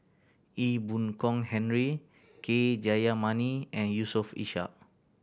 Ee Boon Kong Henry K Jayamani and Yusof Ishak